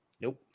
Nope